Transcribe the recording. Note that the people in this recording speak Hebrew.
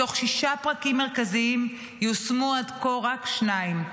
מתוך שישה פרקים מרכזיים יושמו עד כה רק שניים.